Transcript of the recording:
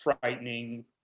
frightening